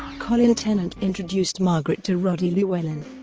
colin tennant introduced margaret to roddy llewellyn.